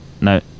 No